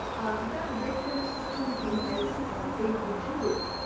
i found a reference to him as being on a jury